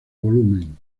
volumen